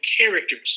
characters